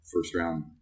first-round